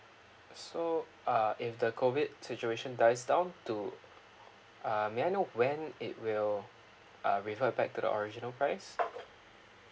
so uh if the COVID situation dies down to uh may I know when it will uh revert back to the original price